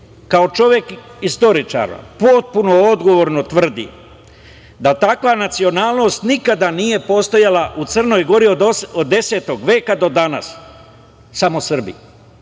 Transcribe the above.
kao čovek istoričara potpuno odgovorno tvrdi da takva nacionalnost nikada nije postojala u Crnoj Gori od 10. veka do danas, samo Srbi i